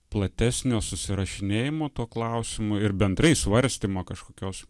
platesnio susirašinėjimo tuo klausimu ir bendrai svarstymo kažkokios